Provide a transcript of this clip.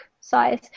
size